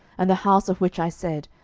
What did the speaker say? and the house of which i said,